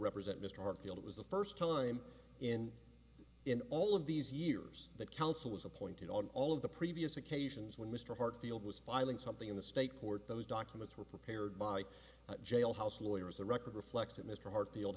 represent mr armfield it was the first time in in all of these years that counsel was appointed on all of the previous occasions when mr hartsfield was filing something in the state court those documents were prepared by jailhouse lawyers the record reflects that mr hartfield